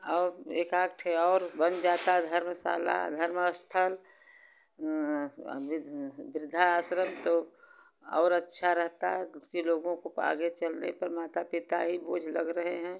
और एकाध ठे और बन जाता धर्मशाला धर्म स्थल वृद्ध वृद्धाश्रम तो और अच्छा रहता कि लोगों को आगे चलने पर माता पिता ही बोझ लग रहे हैं